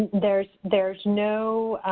there's there's no